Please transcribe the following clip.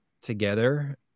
together